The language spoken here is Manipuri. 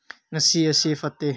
ꯉꯁꯤ ꯑꯁꯤ ꯐꯠꯇꯦ